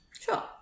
Sure